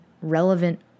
relevant